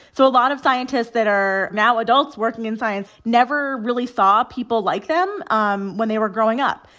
so a lot of scientists that are now adults working in science never really saw people like them um when they were growing up.